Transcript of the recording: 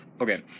Okay